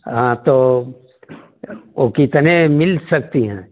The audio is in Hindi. हाँ तो वो कितने मिल सकती हैं